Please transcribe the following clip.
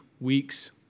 weeks